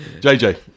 JJ